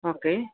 okay